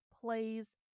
plays